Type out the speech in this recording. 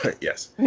yes